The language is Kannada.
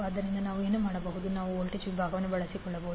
ಆದ್ದರಿಂದ ನಾವು ಏನು ಮಾಡಬಹುದು ನಾವು ವೋಲ್ಟೇಜ್ ವಿಭಾಗವನ್ನು ಬಳಸಿಕೊಳ್ಳಬಹುದು